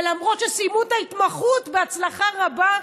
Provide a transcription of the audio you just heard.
ולמרות שסיימו את ההתמחות בהצלחה רבה,